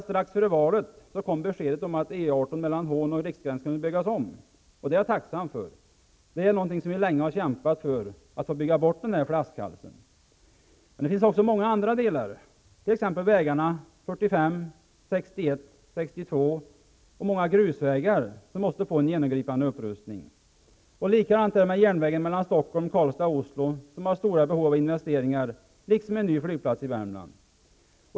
Strax före valet kom beskedet att E 18 mellan Hån och Riksgränsen skulle byggas om. Och detta är jag tacksam för. Vi har länge kämpat för att få bygga bort denna flaskhals. Det finns dock många andra vägar, t.ex. vägarna 45, 61 och 62 samt många grusvägar, som måste få en genomgripande upprustning. Likadant är det med järnvägen Stockholm-- Karlstad--Olso. Där finns också stora behov av investeringar, liksom när det gäller en ny flygplats i Värmland.